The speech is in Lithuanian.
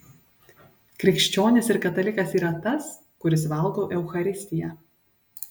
krikščionis ir katalikas yra tas kuris valgo eucharistiją